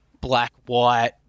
black-white